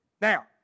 Now